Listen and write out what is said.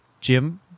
Jim